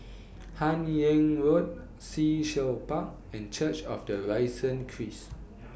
Hun Yeang Road Sea Shell Park and Church of The Risen Christ